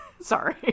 Sorry